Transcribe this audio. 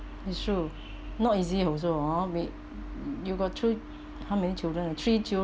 it's true not easy also ah wait you got two how many children ah three